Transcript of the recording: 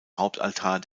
hauptaltar